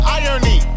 irony